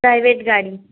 private ગાડી